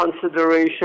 consideration